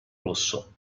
rosso